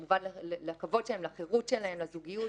פגיעה בכבוד שלהן, בחירות שלהן, בזוגיות